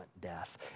death